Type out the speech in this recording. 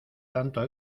tanto